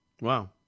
Wow